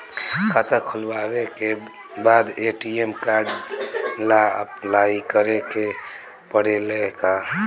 खाता खोलबाबे के बाद ए.टी.एम कार्ड ला अपलाई करे के पड़ेले का?